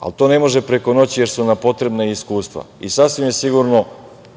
Ali, to ne može preko noći, jer su nam potrebna iskustva. Sasvim je sigurno